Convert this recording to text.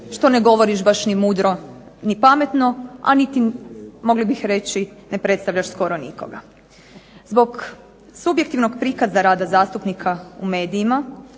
što ne govoriš baš ni mudro ni pametno, a niti mogli bih reći ne predstavljaš skoro nikoga. Zbog subjektivnog prikaza rada zastupnika u medijima,